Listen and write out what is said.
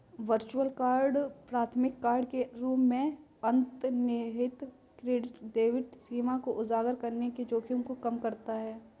virtual card प्राथमिक card के रूप में अंतर्निहित क्रेडिट डेबिट सीमा को उजागर करने के जोखिम को कम करता है